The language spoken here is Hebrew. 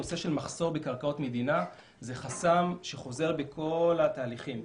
נושא של מחסור בקרקעות מדינה זה חסם שחוזר בכל התהליכים.